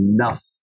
enough